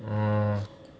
oh